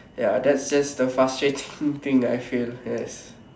ya that's that's the frustrating thing I feel yes